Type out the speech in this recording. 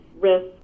risk